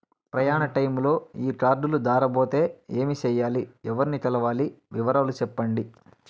ప్రయాణ టైములో ఈ కార్డులు దారబోతే ఏమి సెయ్యాలి? ఎవర్ని కలవాలి? వివరాలు సెప్పండి?